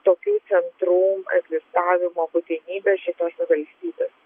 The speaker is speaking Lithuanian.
tokių centrų egzistavimo būtinybę šitose valstybės